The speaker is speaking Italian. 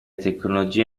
tecnologie